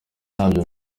ntabwo